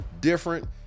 different